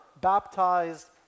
baptized